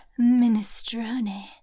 minestrone